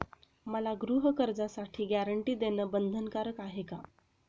मला गृहकर्जासाठी गॅरंटी देणं बंधनकारक आहे का?